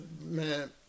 Man